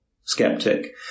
skeptic